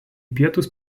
pietus